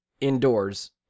indoors